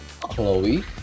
Chloe